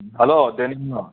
hello ꯗꯦꯅꯤꯝꯂꯣ